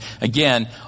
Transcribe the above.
again